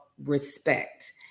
Respect